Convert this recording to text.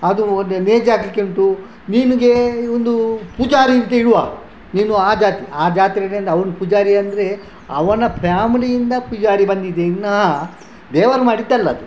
ಅದು ಒಂದು ನೇಜ್ ಹಾಕಲಿಕ್ಕೆ ಉಂಟು ನಿನಗೆ ಒಂದು ಪೂಜಾರಿ ಇಡುವ ನೀನು ಆ ಜಾತಿ ಆ ಜಾತಿನೇನು ಅವ್ನು ಪೂಜಾರಿ ಅಂದರೆ ಅವನ ಫ್ಯಾಮಿಲಿಯಿಂದ ಪೂಜಾರಿ ಬಂದಿದೆ ಇನಹ ದೇವರು ಮಾಡಿದ್ದಲ್ಲ ಅದು